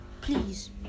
please